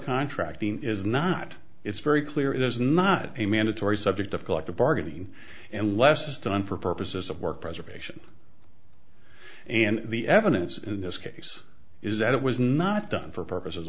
contracting is not it's very clear it is not a mandatory subject of collective bargaining and less is done for purposes of work preservation and the evidence in this case is that it was not done for purposes